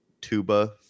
Tuba